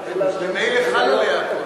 ממילא חל עליה הכול.